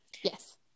Yes